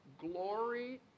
glory